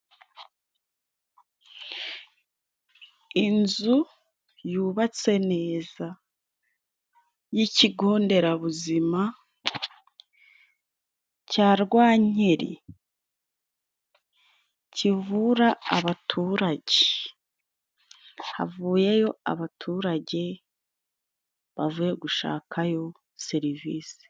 Inzu yubatse neza y'ikigo nderabuzima cya Rwankeri kivura abaturage. Havuyeyo abaturage, bavuye gushakayo serivisi.